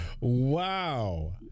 wow